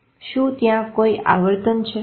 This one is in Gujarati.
શું ત્યાં કોઈ આવર્તન છે